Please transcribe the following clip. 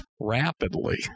rapidly